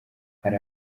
hari